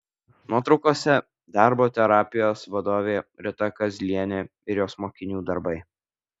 nuotraukose darbo terapijos vadovė rita kazlienė ir jos mokinių darbai